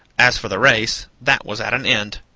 as for the race, that was at an end.